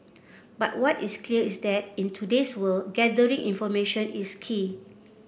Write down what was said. but what is clear is that in today's world gathering information is key